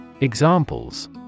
Examples